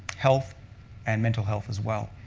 health and mental health as well,